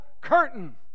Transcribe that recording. curtain